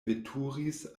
veturis